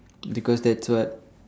because that's what